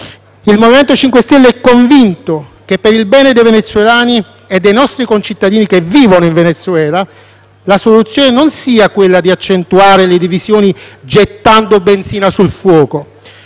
Il MoVimento 5 Stelle è convinto che, per il bene dei venezuelani e dei nostri concittadini che vivono in Venezuela, la soluzione non sia quella di accentuare le divisioni, gettando benzina sul fuoco,